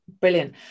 brilliant